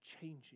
changing